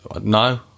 no